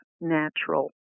natural